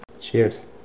Cheers